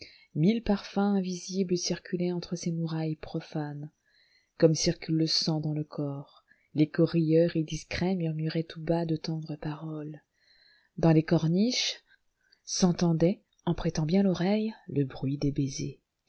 mille parfums invisibles circulaient entre ces murailles profanes comme circule le sang dans le corps l'écho rieur et discret murmurait tout bas de tendres paroles dans les corniches s'entendait en prêtant bien l'oreille le bruit des baisers